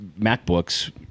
MacBooks